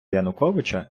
януковича